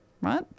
right